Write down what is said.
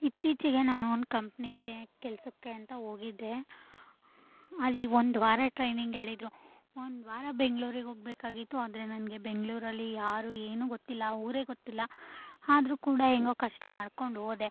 ಇತ್ತೀಚೆಗೆ ನಾನು ಒಂದು ಕಂಪ್ನಿಗೆ ಕೆಲಸಕ್ಕೆ ಅಂತ ಹೋಗಿದ್ದೆ ಅಲ್ಲಿ ಒಂದು ವಾರ ಟ್ರೈನಿಂಗ್ ಹೇಳಿದ್ರು ಒಂದು ವಾರ ಬೆಂಗ್ಳೂರಿಗೆ ಹೋಗ್ಬೇಕಾಗಿತ್ತು ಆದರೆ ನನಗೆ ಬೆಂಗಳೂರಲ್ಲಿ ಯಾರೂ ಏನೂ ಗೊತ್ತಿಲ್ಲ ಆ ಊರೇ ಗೊತ್ತಿಲ್ಲ ಆದರೂ ಕೂಡ ಹೆಂಗೋ ಕಷ್ಟ ಮಾಡ್ಕೊಂಡು ಹೋದೆ